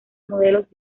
modelos